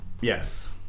Yes